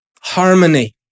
harmony